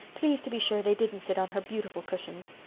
please to be sure they didn't sit on her beautiful cushions.